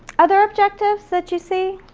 other objectives that you see?